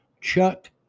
Chuck